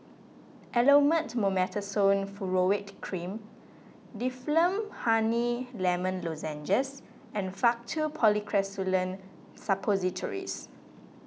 Elomet Mometasone Furoate Cream Difflam Honey Lemon Lozenges and Faktu Policresulen Suppositories